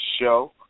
Show